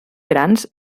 grans